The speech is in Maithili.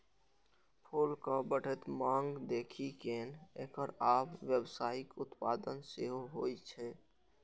फूलक बढ़ैत मांग देखि कें एकर आब व्यावसायिक उत्पादन सेहो होइ छै